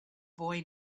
boy